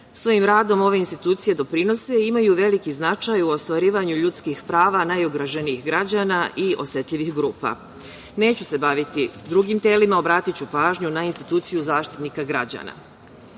radom ove institucije doprinose i imaju veliki značaj u ostvarivanju ljudskih prava najugroženijih građana i osetljivih grupa. Neću se baviti drugim telima, obratiću pažnju na instituciju Zaštitnika građana. Prema